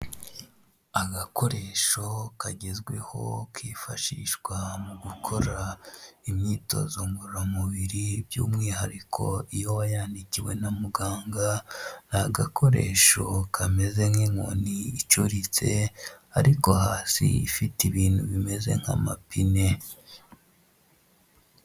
Agakoresho kagezweho kifashishwa mu gukora imyitozo ngororamubiri, by'umwihariko iyo wayandikiwe na muganga, ni agakoresho kameze nk'inkoni icuritse ariko hasi ifite ibintu bimeze nk'amapine.